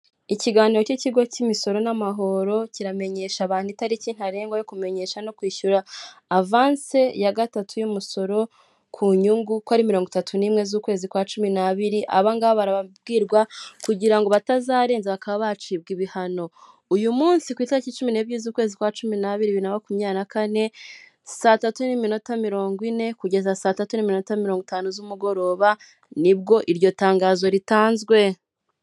Ikiganiro cy'ikigo cy'imisoro n'amahoro kiramenyesha abantu itariki ntarengwa yo kumenyesha no kwishyura avanse ya gatatu y'umusoro ku nyungu, uko ari mirongo itatu n'imwe z'ukwezi kwa cumi n'abiri, aba ngaba barababwirwa kugira ngo batazarenza bakaba bacibwa ibihano. Uyu munsi ku itariki cumi n'ebyi z'ukwezi kwa cumi n'abiri bibiri na makumyabiri na kane, saa tatu n'iminota mirongo ine, kugeza saa tatu n'iminota mirongo itanu z'umugoroba, nibwo iryo tangazo ritanzwe.